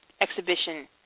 exhibition